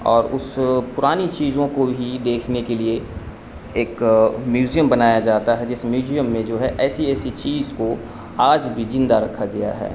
اور اس پرانی چیزوں کو ہی دیکھنے کے لیے ایک میوزیم بنایا جاتا ہے جس میوجیم میں جو ہے ایسی ایسی چیز کو آج بھی جندہ رکھا گیا دیا ہے